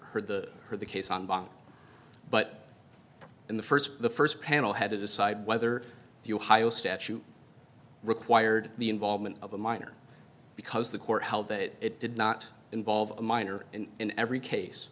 heard the heard the case on but in the st the st panel had to decide whether the ohio statute required the involvement of a minor because the court held that it did not involve a minor and in every case